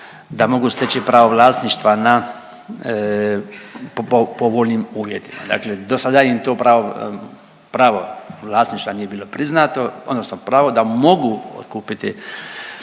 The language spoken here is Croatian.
da mogu steći pravo vlasništva na po povoljnim uvjetima. Dakle, dosada im to pravo, pravo vlasništva nije bilo priznato odnosno pravo da mogu otkupiti